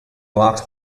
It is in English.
locked